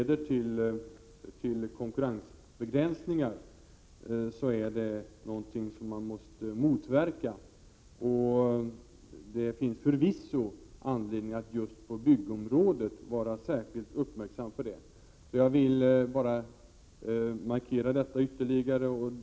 Det tror jag att Agne Hansson och jag kan vara ganska överens om. Det finns förvisso anledning att just på byggområdet vara särskilt uppmärksam på detta. Jag vill bara markera det ytterligare och Prot.